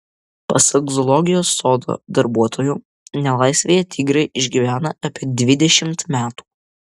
pasak zoologijos sodo darbuotojų nelaisvėje tigrai išgyvena apie dvidešimt metų